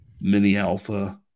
mini-alpha